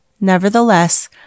Nevertheless